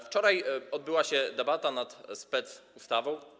Wczoraj odbyła się debata nad specustawą.